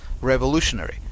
revolutionary